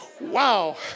Wow